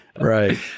Right